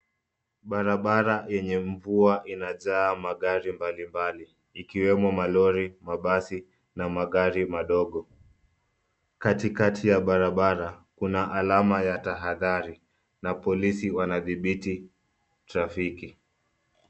Barabara yenye mvua inajaa magari mbalimbali ikiwemo malori, mabasi na magari madogo. Katikati ya barabara kuna alama ya tahadhari na polisi wanadhibiti trafiki.